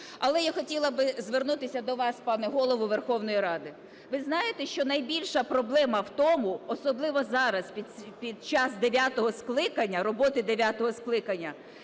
Але я хотіла би звернутися до вас, пане Голово Верховної Ради. Ви знаєте, що найбільша проблема в тому, особливо зараз, під час дев'ятого скликання,